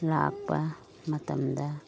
ꯂꯥꯛꯄ ꯃꯇꯝꯗ